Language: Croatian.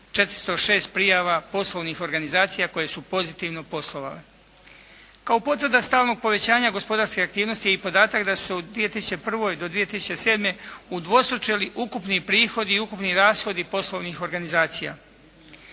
406 prijava poslovnih organizacija koje su pozitivno poslovale. Kao potvrda stalnog povećanja gospodarske aktivnosti je i podatak da su 2001. do 2007. udvostručili ukupni prihodi i ukupni rashodi poslovnih organizacija.